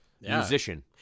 musician